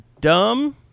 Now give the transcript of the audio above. dumb